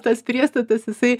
tas priestatas jisai